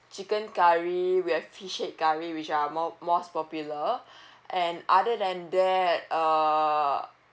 chicken curry we have fish head curry which are more most popular and other than that uh